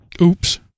oops